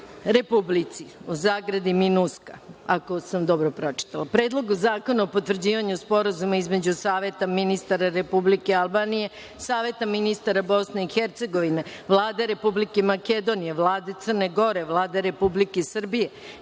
Republici (MINUSCA); Predlogu zakona o potvrđivanju Sporazuma između Saveta ministara Republike Albanije, Saveta ministara Bosne i Hercegovine, Vlade Republike Makedonije, Vlade Crne Gore, Vlade Republike Srbije